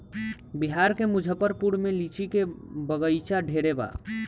बिहार के मुजफ्फरपुर में लीची के बगइचा ढेरे बा